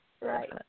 Right